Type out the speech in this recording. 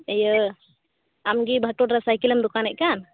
ᱤᱭᱟᱹ ᱟᱢᱜᱮ ᱵᱷᱟᱴᱚᱴ ᱨᱮ ᱥᱟᱭᱠᱮᱞᱮᱢ ᱫᱚᱠᱟᱱᱮᱫ ᱠᱟᱱ